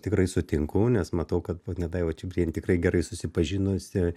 tikrai sutinku nes matau kad ponia daiva čibirienė tikrai gerai susipažinusi